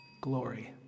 glory